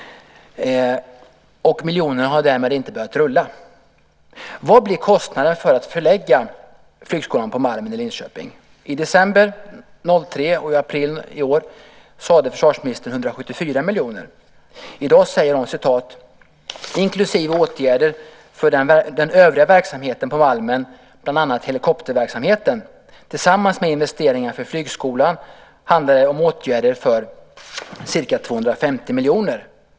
Och miljonerna har därmed inte börjat rulla. Vad blir kostnaden för att förlägga flygskolan på Malmen i Linköping? I december 2003 och i april i år sade försvarsministern att den var 174 miljoner. I dag säger hon att inklusive åtgärder för den övriga verksamheten på Malmen, bland annat helikopterverksamheten, och investeringar för flygskolan handlar det om åtgärder för ca 250 miljoner.